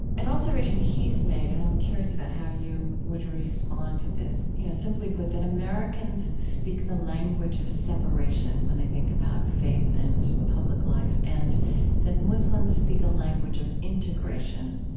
an observation he's made, and i'm curious about how you would respond to this, you know, simply put, that americans speak the language of separation when they think about faith and public life. and that muslims speak a language of integration.